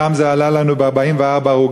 שם זה עלה לנו ב-44 הרוגים,